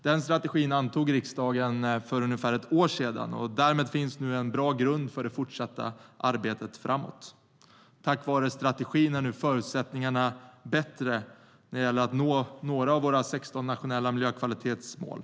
Den strategin antog riksdagen för ungefär ett år sedan, och därmed finns nu en bra grund för det fortsatta arbetet framåt. Tack vare strategin är nu förutsättningarna bättre för att nå några av våra 16 nationella miljökvalitetsmål.